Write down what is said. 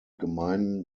gemeinden